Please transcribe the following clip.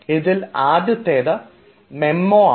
ഇതിൽ ആദ്യത്തേത് മെമോ ആണ്